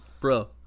Bro